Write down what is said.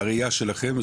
בראייה שלכם.